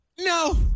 No